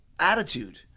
attitude